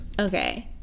Okay